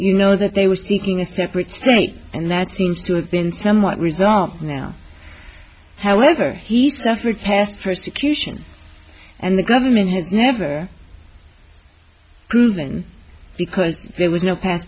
you know that they were seeking a separate state and that seems to have been somewhat resolved now however he suffered past persecution and the government has never proven because there was no pa